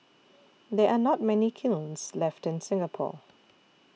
there are not many kilns left in Singapore